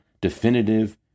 definitive